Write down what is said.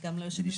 גם ליושבת-ראש.